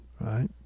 right